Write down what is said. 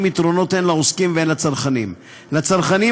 יתרונות הן לעוסקים והן לצרכנים: לצרכנים,